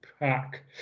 pack